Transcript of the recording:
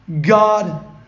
God